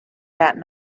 that